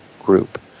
Group